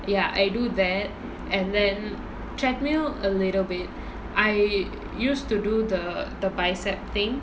ya I do that and then treadmill a little bit I used to do the the bicep thing